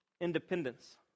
independence